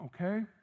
okay